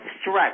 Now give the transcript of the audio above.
stretch